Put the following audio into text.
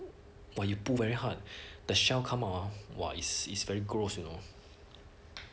!wah! you pull very hard the shell come out ah !wah! is is very gross you know